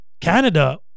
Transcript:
Canada